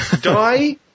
Die